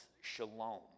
shalom